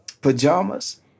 pajamas